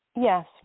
Yes